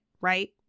right